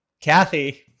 kathy